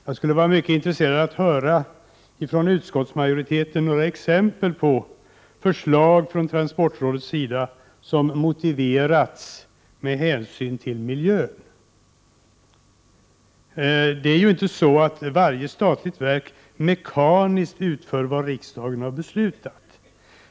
Jag skulle vara mycket intresserad av att från utskottsmajoriten få höra något exempel på förslag från transportrådets sida som motiverats med hänsyn till miljön. Det är ju inte så att varje statligt verk mekaniskt utför vad riksdagen har beslutat.